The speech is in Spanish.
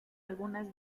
algunas